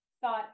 thought